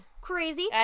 crazy